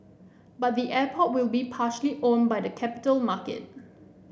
but the airport will be partially owned by the capital market